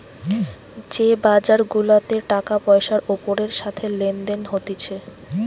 যে বাজার গুলাতে টাকা পয়সার ওপরের সাথে লেনদেন হতিছে